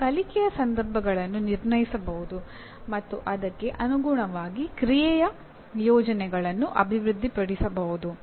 ಅವರು ಕಲಿಕೆಯ ಸಂದರ್ಭಗಳನ್ನು ನಿರ್ಣಯಿಸಬಹುದು ಮತ್ತು ಅದಕ್ಕೆ ಅನುಗುಣವಾಗಿ ಕ್ರಿಯೆಯ ಯೋಜನೆಗಳನ್ನು ಅಭಿವೃದ್ಧಿಪಡಿಸಬಹುದು